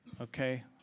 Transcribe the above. okay